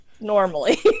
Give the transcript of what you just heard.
normally